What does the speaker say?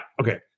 okay